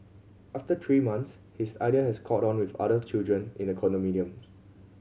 after three months his idea has caught on with other children in the condominium